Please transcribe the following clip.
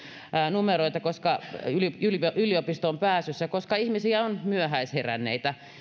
numeroita yliopistoon pääsyssä koska ihmisissä on myöhäisheränneitä